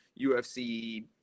UFC